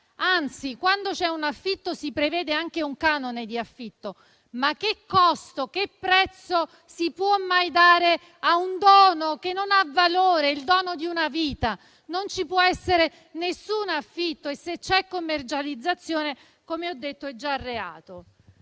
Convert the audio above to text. nulla. Quando c'è un affitto, si prevede anche un canone di affitto. Ma che costo, che prezzo si può mai dare a un dono che non ha valore, il dono di una vita? Non ci può essere alcun affitto e se c'è commercializzazione, come ho detto, è già reato.